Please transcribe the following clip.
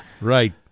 right